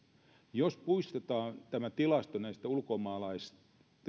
jos muistetaan tämä tilasto näistä ulkomaalaisista